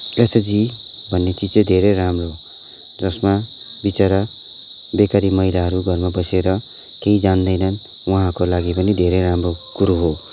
SHG भन्ने चिज चाहिँ धेरै राम्रो हो जसमा बिचरा बेकारी महिलाहरू घरमा बसेर केही जान्दैनन् उहाँको लागि पनि धेरै राम्रो कुरो हो